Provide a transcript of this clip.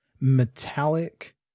metallic